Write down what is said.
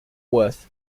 worth